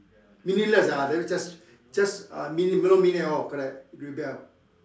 meaningless ah then just just uh meaning got no meaning at all rebel